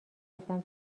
گفتم